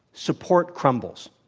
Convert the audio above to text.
support crumbles.